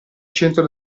centro